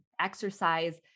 exercise